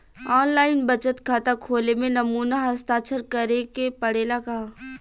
आन line बचत खाता खोले में नमूना हस्ताक्षर करेके पड़ेला का?